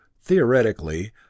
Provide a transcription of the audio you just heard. theoretically